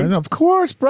and of course, brother.